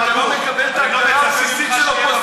אבל אתה לא מקבל את ההגדרה הבסיסית של אופוזיציה.